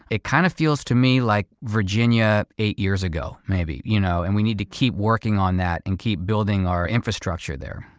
it kind of feels to me like virginia eight years ago maybe, you know and we need to keep working on that and keep building our infrastructure there.